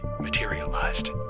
materialized